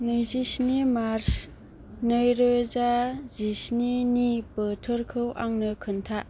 नैजिस्नि मार्च नैरोजा जिस्निनि बोथोरखौ आंनो खोन्था